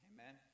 Amen